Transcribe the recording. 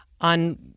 on